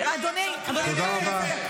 תפסיקי לשקר.